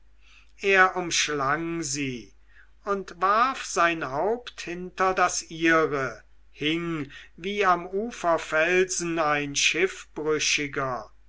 er umschlang sie und warf sein haupt hinter das ihre hing wie am uferfelsen ein